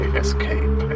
escape